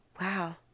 Wow